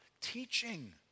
teaching